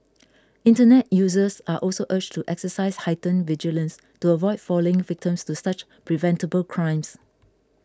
internet users are also urged to exercise heightened vigilance to avoid falling victims to such preventable crimes